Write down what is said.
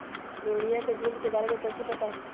रोहिनया के झुंड के बारे में कौची पता हाउ?